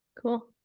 Cool